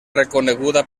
reconeguda